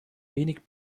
wenig